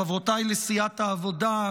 חברותיי לסיעת העבודה,